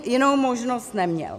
Jinou možnost neměl.